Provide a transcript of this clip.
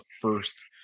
first